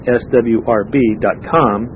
swrb.com